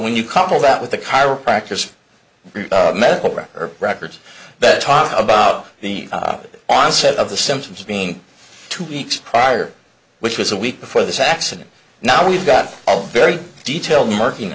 when you couple that with the chiropractors medical records records that talk about the onset of the symptoms being two weeks prior which was a week before this accident now we've got a very detailed marking